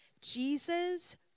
Jesus